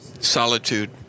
Solitude